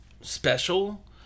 special